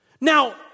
Now